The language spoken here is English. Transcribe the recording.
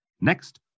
Next